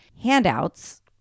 handouts